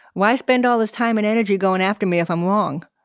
why spend all his time and energy going after me if i'm wrong?